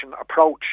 approach